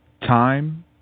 time